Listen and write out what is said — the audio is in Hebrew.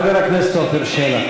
חבר הכנסת עפר שלח.